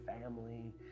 family